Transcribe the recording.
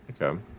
Okay